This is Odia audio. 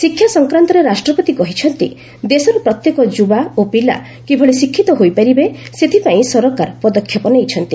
ଶିକ୍ଷା ସଂକ୍ରାନ୍ତରେ ରାଷ୍ଟ୍ରପତି କହିଛନ୍ତି ଦେଶର ପ୍ରତ୍ୟେକ ଯୁବା ଓ ପିଲା କିଭଳି ଶିକ୍ଷିତ ହୋଇପାରିବେ ସେଥିପାଇଁ ସରକାର ପଦକ୍ଷେପ ନେଇଛନ୍ତି